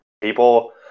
people